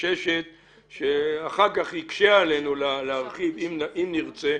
חוששת שאחר כך יקשה עלינו להרחיב אם נרצה,